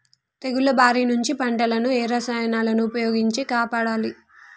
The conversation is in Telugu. తెగుళ్ల బారి నుంచి పంటలను ఏ రసాయనాలను ఉపయోగించి కాపాడాలి?